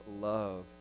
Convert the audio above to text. love